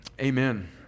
Amen